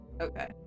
Okay